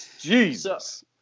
Jesus